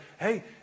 Hey